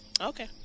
Okay